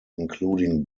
including